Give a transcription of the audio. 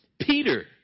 Peter